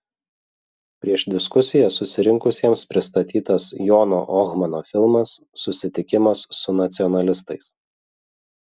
prieš diskusiją susirinkusiesiems pristatytas jono ohmano filmas susitikimas su nacionalistais